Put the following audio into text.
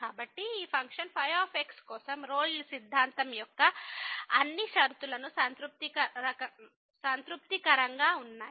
కాబట్టి ఈ ఫంక్షన్ ϕ కోసం రోల్ సిద్ధాంతం యొక్క అన్ని పరిస్థితులు సంతృప్తికరంగా ఉన్నాయి